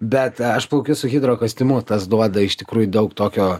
bet aš plaukiu su hidra kostiumu tas duoda iš tikrųjų daug tokio